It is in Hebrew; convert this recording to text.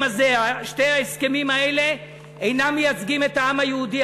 שני ההסכמים האלה אינם מייצגים את העם היהודי,